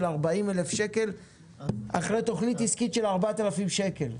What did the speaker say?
40,000 שקל אחרי תכנית עסקית של 4,000 שקל.